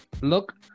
Look